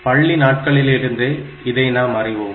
பள்ளி நாட்களிலிருந்தே இதை நாம் அறிவோம்